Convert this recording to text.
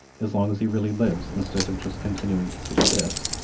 as long as he really lives instead of just continuing to subsist,